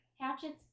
Hatchets